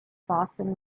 boston